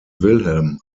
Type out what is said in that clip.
wilhelm